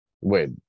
wait